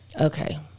okay